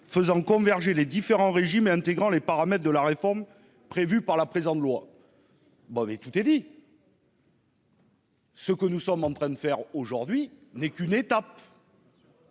faisant converger les différents régimes et intégrant les paramètres de la réforme prévue par la présente loi. » Tout est dit : ce dont nous débattons aujourd'hui n'est qu'une étape